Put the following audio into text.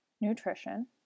nutrition